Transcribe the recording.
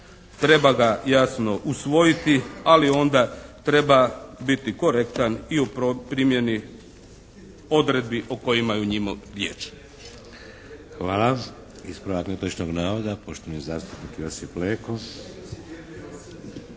treba ga jasno usvojiti, ali onda treba biti korektan i u primjeni odredbi o kojima je u njima riječ.